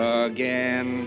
again